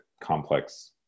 complex